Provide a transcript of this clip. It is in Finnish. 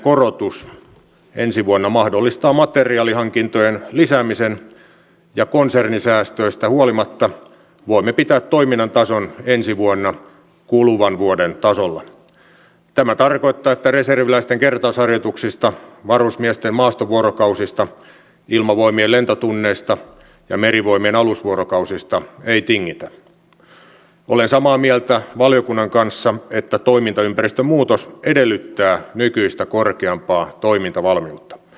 poliisien tilanne kuitenkin herättää edelleen kysymyksiä ja kuten ministerikin päivällä kertoi varmastikin nyt sitten tässä tulevassa sisäisen turvallisuuden selonteossa täytyy pohtia hieman pidemmällä tähtäimellä mikä on meidän poliisien tilanne vuosien päästä koska tällä hetkellähän koko ajan poliisimiesten ja naisten määrä vähenee